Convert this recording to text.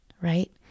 right